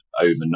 overnight